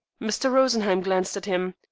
mr. rosenheim glanced at him.